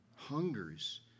hungers